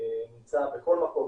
נמצא בכל מקום,